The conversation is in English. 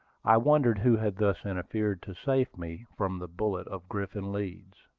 i wondered who had thus interfered to save me from the bullet of griffin leeds.